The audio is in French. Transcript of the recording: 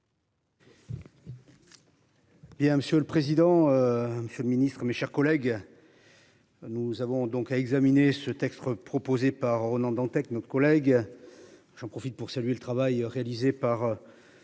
Il à monsieur le président. Monsieur le Ministre, mes chers collègues. Nous avons donc à examiner ce texte proposé par Ronan Dantec, notre collègue. J'en profite pour saluer le travail réalisé par.